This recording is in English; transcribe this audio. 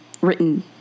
Written